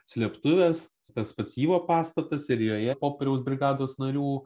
slėptuvės tas pas yvo pastatas ir joje popieriaus brigados narių